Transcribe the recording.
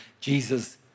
Jesus